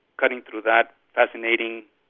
cutting through that fascinating,